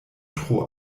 tro